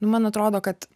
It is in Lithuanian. nu man atrodo kad